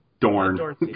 Dorn